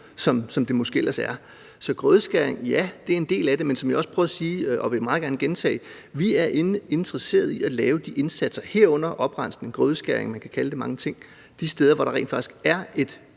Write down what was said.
som det måske ellers er. Så grødeskæring, ja, det er en del af det, men som jeg også prøvede at sige og meget gerne vil gentage, så er vi interesseret i at lave de indsatser, herunder oprensning, grødeskæring, man kan kalde det mange ting, de steder, hvor der rent faktisk er et